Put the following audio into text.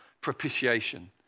propitiation